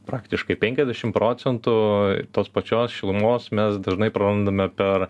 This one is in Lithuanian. praktiškai penkiasdešim procentų tos pačios šilumos mes dažnai prarandame per